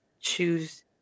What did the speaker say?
choose